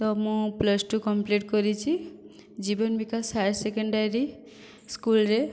ତ ମୁଁ plus two complete କରିଛି ଜୀବନ ବିକାଶ ହାୟର୍ ସେକେଣ୍ଡାରୀ ସ୍କୁଲରେ